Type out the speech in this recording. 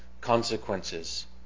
consequences